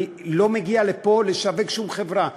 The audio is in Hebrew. אני לא מגיע לפה לשווק שום חברה.